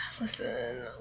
listen